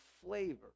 flavor